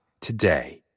today